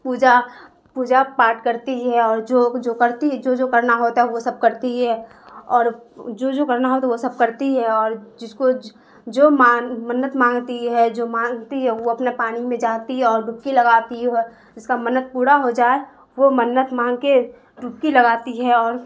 پوجا پوجا پاٹ کرتی ہے اور جو جو کرتی جو جو کرنا ہوتا ہے وہ سب کرتی ہے اور جو جو کرنا ہو تو وہ سب کرتی ہے اور جس کو جو منت مانگتی ہے جو مانتی ہے وہ اپنے پانی میں جاتی ہے اور ڈبکی لگاتی ہے جس کا منت پورا ہو جائے وہ منت مانگ کے ڈبکی لگاتی ہے اور